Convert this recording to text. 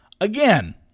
again